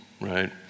right